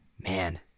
man